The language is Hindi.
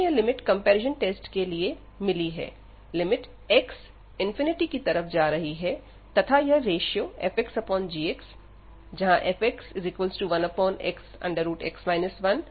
हमें यह लिमिट कंपैरिजन टेस्ट के लिए मिली है लिमिट x इनफिनिटी की तरफ जा रही है तथा यह रेशों fxgxऔर f 1xx 1 एवं g 1x2 है